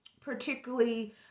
particularly